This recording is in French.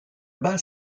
bas